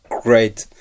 great